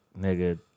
nigga